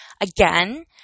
Again